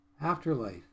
Afterlife